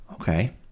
okay